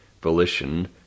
volition